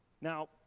Now